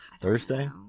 thursday